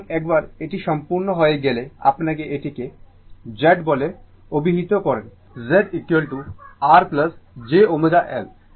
সুতরাং একবার এটি সম্পন্ন হয়ে গেলে আপনি এটিকে Z বলে অভিহিত করেন Z R j ω L